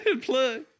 Plug